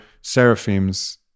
seraphims